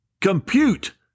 compute